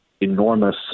enormous